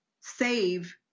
save